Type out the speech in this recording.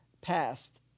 passed